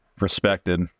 respected